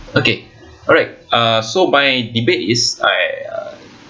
okay alright uh so my debate is uh